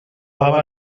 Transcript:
baba